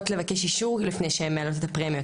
לבקש אישור לפני שהן מעלות את הפרמיות,